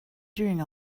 doing